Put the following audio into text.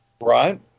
Right